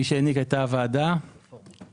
מי שהעניק, הייתה הוועדה הקודמת